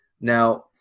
now